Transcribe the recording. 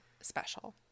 special